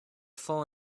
full